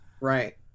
right